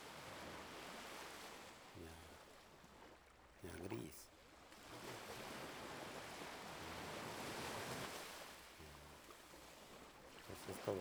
ña ña gris ña pues es todo.